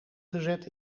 gezet